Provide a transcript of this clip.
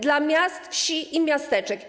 Dla miast, wsi i miasteczek.